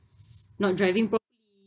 not driving properly